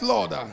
Lord